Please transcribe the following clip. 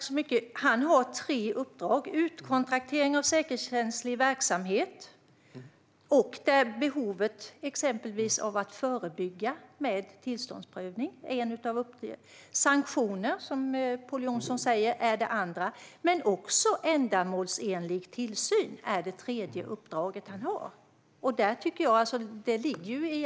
Fru talman! Han har tre uppdrag. Utkontraktering av säkerhetskänslig verksamhet - det handlar exempelvis om behovet av att förebygga med tillståndsprövning - är ett. Det andra handlar om sanktioner, som Pål Jonson säger. Det tredje uppdraget han har handlar om ändamålsenlig tillsyn.